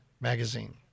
Magazine